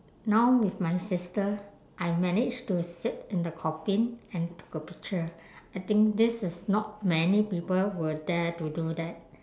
now with my sister I managed to sit in the coffin and took a picture I think this is not many people will dare to do that